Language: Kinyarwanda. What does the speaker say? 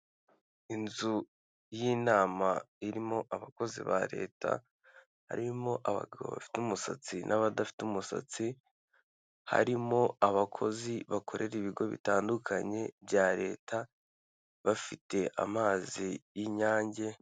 Inzu y'inama irimo abakozi ba leta harimo abagabo bafite umusatsi n'abadafite umusatsi, harimo abakozi bakorera ibigo bitandukanye bya leta bafite amazi y'inyange.